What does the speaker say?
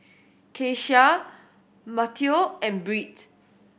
Keshia Matteo and Britt